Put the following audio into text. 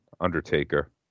Undertaker